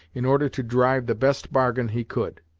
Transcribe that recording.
in order to drive the best bargain he could.